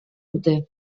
dute